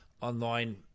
online